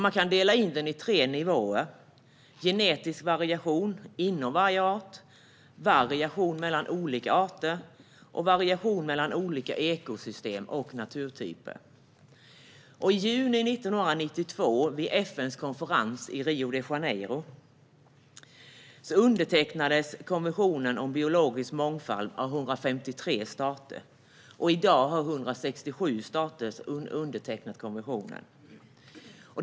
Man kan dela in den i tre nivåer: genetisk variation inom varje art, variation mellan olika arter och variation mellan olika ekosystem och naturtyper. Vid FN:s konferens i Rio de Janeiro i juni 1992 undertecknades konventionen om biologisk mångfald av 153 stater. I dag har 167 stater undertecknat konventionen.